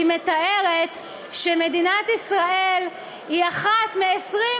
היא מתארת שמדינת ישראל היא אחת מ-21